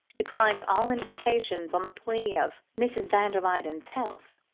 declined all invitations on the plea of mrs. van der luyden's health.